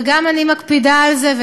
וגם אני מקפידה על זה,